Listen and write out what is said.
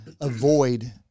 avoid